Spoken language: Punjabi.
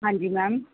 ਹਾਂਜੀ ਮੈਮ